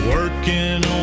Working